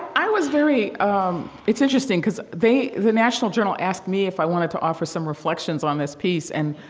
i was very, um, it's interesting because they the national journal asked me if i wanted to offer some reflections on this piece. and,